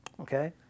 Okay